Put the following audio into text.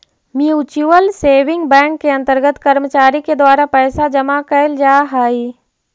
mutual saving bank के अंतर्गत कर्मचारी के द्वारा पैसा जमा कैल जा हइ